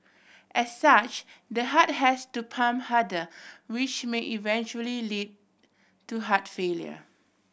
as such the heart has to pump harder which may eventually lead to heart failure